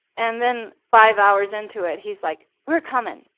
and then five hours into it, he's like, we're coming.